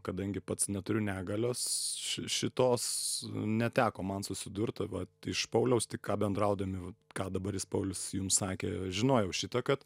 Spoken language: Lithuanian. kadangi pats neturiu negalios šitos neteko man susidurt vat iš pauliaus tik ką bendraudami ką dabar jis paulius jums sakė žinojau šitą kad